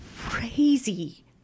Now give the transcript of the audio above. crazy